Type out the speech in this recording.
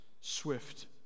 swift